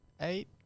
eight